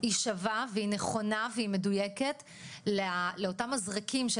היא שווה והיא נכונה והיא מדויקת לאותם מזרקים של